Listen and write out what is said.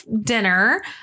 dinner